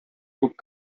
күп